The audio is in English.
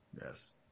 Yes